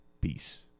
Peace